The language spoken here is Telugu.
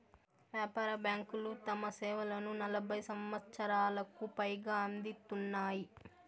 వ్యాపార బ్యాంకులు తమ సేవలను నలభై సంవచ్చరాలకు పైగా అందిత్తున్నాయి